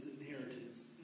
inheritance